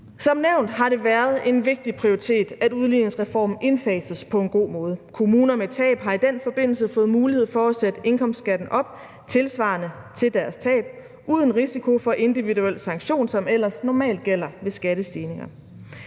Som nævnt har det været en vigtig prioritet, at udligningsreformen indfases på en god måde. Kommuner med tab har i den forbindelse fået mulighed for at sætte indkomstskatten op tilsvarende deres tab uden risiko for individuel sanktion, som ellers normalt gælder ved skattestigninger.